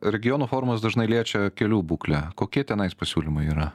regionų forumas dažnai liečia kelių būklę kokie tenais pasiūlymai yra